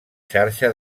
xarxa